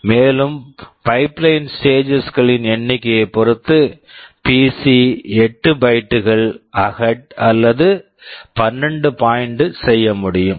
மேலும் pipeline pipeline stages stages களின் எண்ணிக்கையைப் பொறுத்து பிசி PC 8 பைட்டு bytes கள் அகட் ahead அல்லது 12 ஐ பாயின்ட் point செய்ய முடியும்